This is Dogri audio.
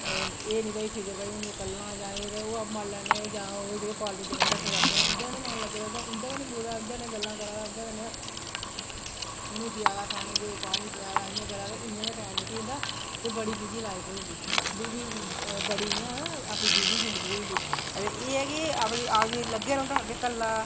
एह् नी फिकर कि में कल्ला ऐं जां ओह् जेह्के पालतू जानवर रक्के दे अपनै कन्नै उंदै कन्नै मन लग्गे दा रौह्दा उंदै कन्नै गल्लां करदा रौंह्दा उनेंगी देई दा खाने गी पैनी पलै दा इयां करा दा ते इयां गै टैम निकली जंदा बड़ी बिजी लाईफ होई दी बड़ी इयां अपनी बिजी लाईफ होई दी कते एह् ऐ कि आदमी लग्गेआ रौंह्दा